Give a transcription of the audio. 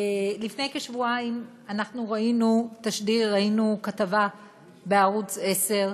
לפני כשבועיים ראינו תשדיר, ראינו כתבה בערוץ 10,